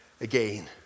again